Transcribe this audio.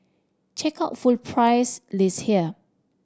check out full price list here